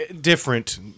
different